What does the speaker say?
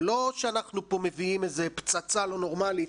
זה לא שאנחנו פה מביאים איזה פצצה לא נורמלית,